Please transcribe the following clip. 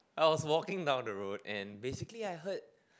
I was walking down the road and basically I heard